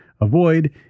avoid